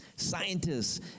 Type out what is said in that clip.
Scientists